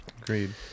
Agreed